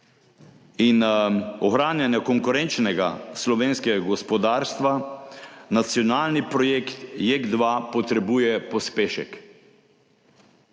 in ohranjanja konkurenčnega slovenskega gospodarstva nacionalni projekt JEK2 potrebuje pospešek.